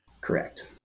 Correct